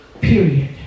Period